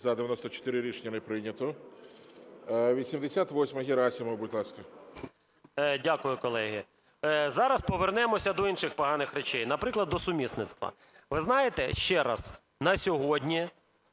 За-94 Рішення не прийнято. 88-а, Герасимов, будь ласка. 15:27:05 ГЕРАСИМОВ А.В. Дякую, колеги. Зараз повернемося до інших поганих речей, наприклад, до сумісництва. Ви знаєте, ще раз, на сьогодні